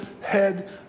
head